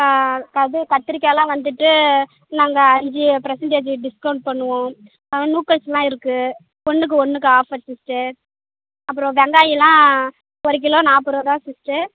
அதுவும் கத்திரிக்காலாம் வந்துட்டு நாங்கள் அஞ்சு பர்சண்டேஜி டிஸ்கவுண்ட் பண்ணுவோம் ஆ லூக்கஸ்லாம் இருக்குது ஒன்றுக்கு ஒன்றுக்கு ஆஃபர் சிஸ்டர் அப்புறம் வெங்காயம்லாம் ஒரு கிலோ நாப்பதுருபா தான் சிஸ்டர்